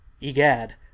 Egad